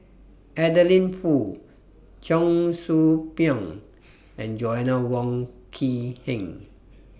Adeline Foo Cheong Soo Pieng and Joanna Wong Quee Heng